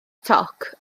toc